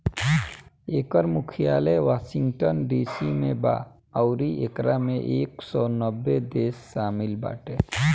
एकर मुख्यालय Washington DC में बा अउरी एकरा में एक सौ नब्बे देश शामिल बाटे